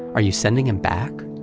are you sending him back?